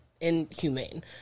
inhumane